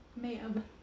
Ma'am